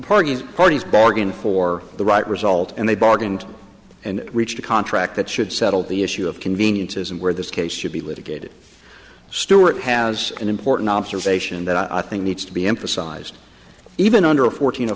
parties parties bargained for the right result and they bargained and reached a contract that should settle the issue of conveniences and where this case should be litigated stewart has an important observation that i think needs to be emphasized even under fourteen